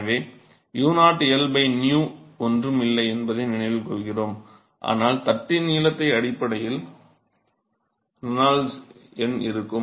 எனவே u0 L 𝝂 ஒன்றும் இல்லை என்பதை நினைவில் கொள்கிறோம் ஆனால் தட்டின் நீளத்தின் அடிப்படையில் ரெனால்ட்ஸ் எண் இருக்கும்